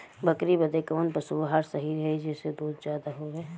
बकरी बदे कवन पशु आहार सही रही जेसे दूध ज्यादा होवे?